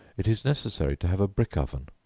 it is necessary to have a brick oven,